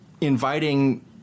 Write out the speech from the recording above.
inviting